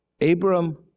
Abram